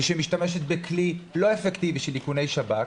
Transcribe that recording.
ושהיא משתמשת בכלי לא אפקטיבי של איכוני שב"כ,